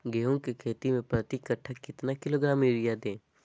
गेंहू की खेती में प्रति कट्ठा कितना किलोग्राम युरिया दे?